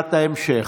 שאלות ההמשך: